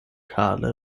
kahle